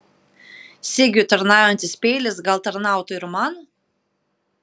sigiui tarnaujantis peilis gal tarnautų ir man